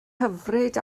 hyfryd